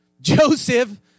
Joseph